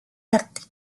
arte